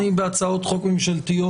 בהצעות חוק ממשלתיות,